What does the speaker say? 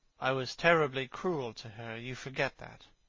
i was terribly cruel to her. you forget that.